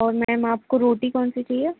और मैम आपको रोटी कौन सी चाहिए